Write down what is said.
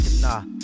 nah